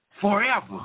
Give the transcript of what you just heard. forever